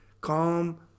calm